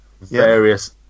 various